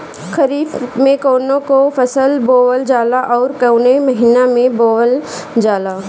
खरिफ में कौन कौं फसल बोवल जाला अउर काउने महीने में बोवेल जाला?